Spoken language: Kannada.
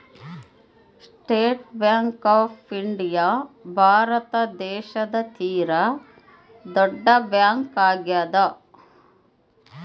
state Bank of India Bharat ದೇಶದ ತೀರ ದೊಡ್ಡ ಬ್ಯಾಂಕ್ ಆಗ್ಯಾದ